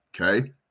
okay